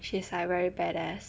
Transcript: she is like very badass